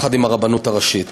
יחד עם הרבנות הראשית.